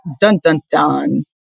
dun-dun-dun